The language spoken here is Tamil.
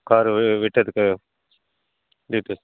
காரு விட்டதுக்கு வீட்டு